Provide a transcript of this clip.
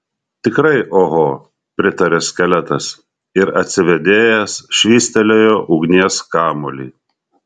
tikrai oho pritarė skeletas ir atsivėdėjęs švystelėjo ugnies kamuolį